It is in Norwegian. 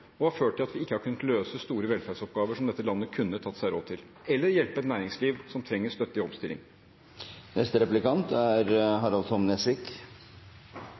som har ført til at vi ikke har kunnet løse store velferdsoppgaver som dette landet kunne tatt seg råd til – eller hjulpet et næringsliv i omstilling, som trenger støtte.